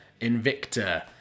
Invicta